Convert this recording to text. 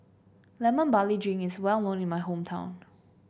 Lemon Barley Drink is well in my hometown